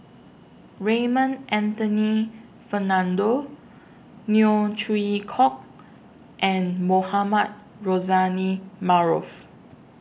Raymond Anthony Fernando Neo Chwee Kok and Mohamed Rozani Maarof